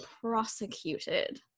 prosecuted